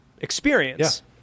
experience